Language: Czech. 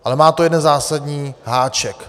Ale má to jeden zásadní háček.